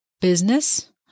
business